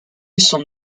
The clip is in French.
son